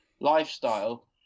lifestyle